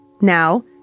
Now